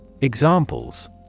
Examples